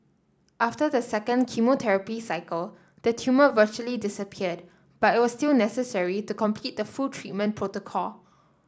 after the second chemotherapy cycle the tumour virtually disappeared but it was still necessary to complete the full treatment protocol